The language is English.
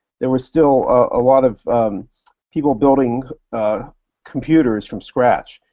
there were still a lot of people building computers from scratch,